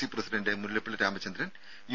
C president Mullappally Ramachandran U